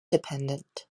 dependent